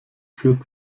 führt